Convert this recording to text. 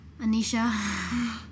Anisha